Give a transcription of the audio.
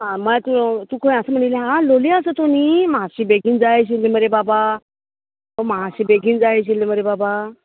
हां मात तूं खंय आसा म्हणिल्लें हां लोलयां आसा तूं न्ही मातशें बेगीन जाय आशिल्लें मरे बाबा मातशें बेगीन जाय आशिल्लें मरे बाबा